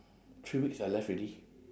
three weeks I left already